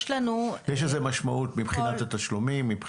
יש לזה משמעות מבחינת התשלומים.